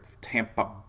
Tampa